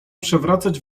przewracać